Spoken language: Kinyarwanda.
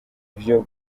vyo